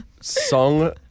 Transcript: Song